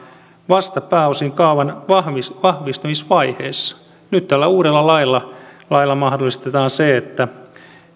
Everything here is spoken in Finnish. vasta pääosin kaavan vahvistamisvaiheessa nyt tällä uudella lailla lailla mahdollistetaan se että